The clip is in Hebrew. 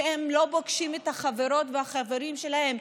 שהם לא פוגשים את החברות והחברים שלהם.